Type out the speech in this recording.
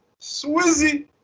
Swizzy